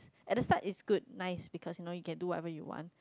at the start is good nice because you know you can do whatever you want